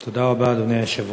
אדוני היושב-ראש,